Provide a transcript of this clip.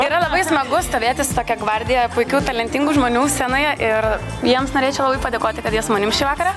yra labai smagu stovėti su tokia gvardija puikių talentingų žmonių scenoje ir jiems norėčiau labai padėkoti kad jie su manim šį vakarą